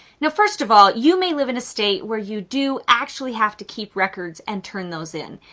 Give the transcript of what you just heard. now, first of all, you may live in a state where you do actually have to keep records and turn those in.